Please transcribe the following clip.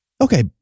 Okay